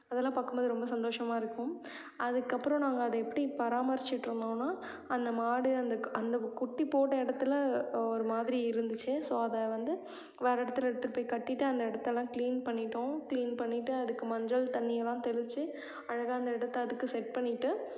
அதெலாம் பார்க்கும்போது ரொம்ப சந்தோசமாக இருக்கும் அதுக்கு அப்புறம் நாங்கள் அதை எப்படி பராமரிச்சுட்டு இருந்தோன்னா அந்த மாடு அந்த அந்த குட்டி போட்ட இடத்துல ஒரு மாதிரி இருந்துச்சு ஸோ அதை வந்து வேறு இடத்துல எடுத்துட்டு போய் கட்டிட்டு அந்த இடத்தலாம் கிளீன் பண்ணிகிட்டோம் கிளீன் பண்ணிகிட்டு அதுக்கு மஞ்சள் தண்ணிலாம் தெளித்து அழகாக அந்த இடத்த அதுக்கு செட் பண்ணிகிட்டு